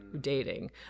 dating